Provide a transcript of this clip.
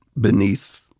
beneath